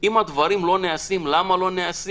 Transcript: אם הדברים לא נעשים, למה לא נעשים,